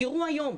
תראו היום,